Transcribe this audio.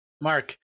mark